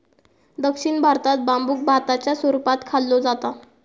दक्षिण भारतात बांबुक भाताच्या स्वरूपात खाल्लो जाता